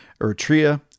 Eritrea